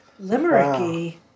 limericky